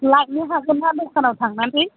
लायनो हागोन ना दखानआव थांनानै